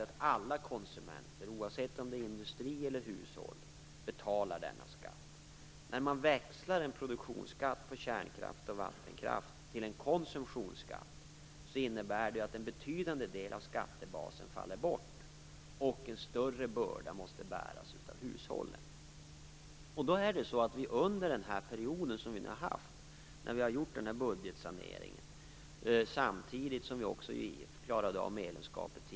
Alla konsumenter, oavsett om det är fråga om industri eller hushåll, betalar denna skatt. När man växlar en produktionsskatt på kärnkraft och vattenkraft till en konsumtionsskatt, innebär det att en betydande del av skattebasen faller bort. En större börda måste bäras av hushållen. Under den period som vi nu har haft, har vi genomfört budgetsaneringen samtidigt som vi har klarat av medlemskapet i EU.